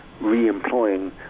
re-employing